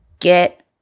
get